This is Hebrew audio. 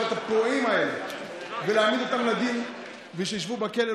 את הפורעים האלה ולהעמיד אותם לדין ושישבו בכלא.